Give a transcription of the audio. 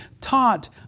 taught